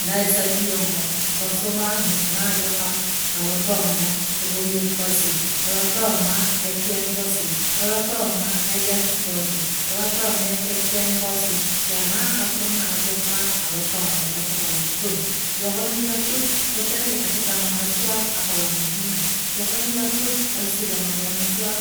Naisaki yong’o tosuba ng’esi na ajokak alotoma eboyer kosi, alotoma ekiyan kosi, alotoma ajokis kosi, alotoma ekiyan kosi, akiyana ng’akiro naajoka alotoma ekiroit kon, ejok noi akuj, kotere akitanana suwa akotong’it na, ejok noi akuj akisiriam riam